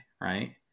right